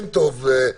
הסתייגות מס' 8